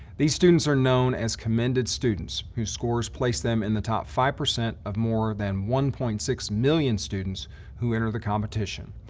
these students are known as commended students whose scores place them in the top five percent of more than one point six million students who enter the competition.